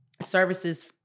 services